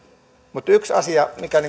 mutta yksi asia mikä